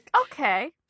Okay